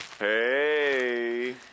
Hey